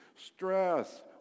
stress